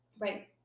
right